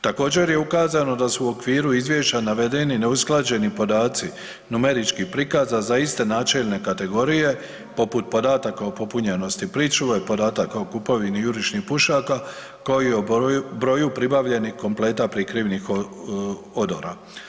Također je ukazano da su u okviru izvješća navedeni neusklađeni podaci numerički prikaza za iste načelne kategorije poput podatka o popunjenosti pričuve, podataka po kupovini jurišnih pušaka kao i o broju pribavljenih kompleta prikrivnih odora.